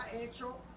hecho